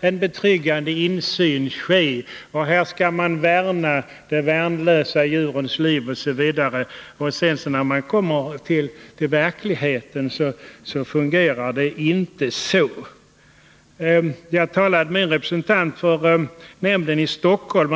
en betryggande insyn sker och att man skall värna de värnlösa djurens liv osv. men som, när man kommer till verkligheten, inte fungerar så. Jag har talat med en representant för nämnden i Stockholm.